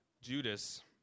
Judas